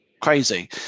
crazy